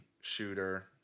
shooter